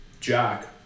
Jack